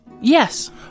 Yes